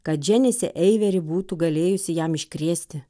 ką dženisė eiveri būtų galėjusi jam iškrėsti